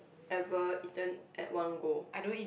ever eaten at one go